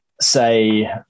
Say